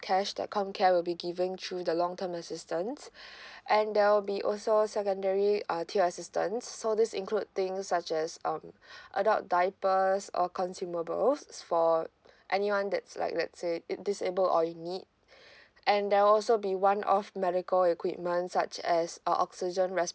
cash that comcare will be given through the long term assistance and there will be also secondary uh tier assistance so this include things such as um adult diapers or consumables for anyone that's like let say it disable or in need and there will also be one off medical equipment such as uh oxygen